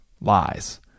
lies